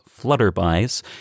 flutterbys